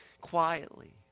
quietly